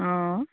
অঁ